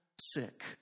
sick